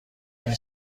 این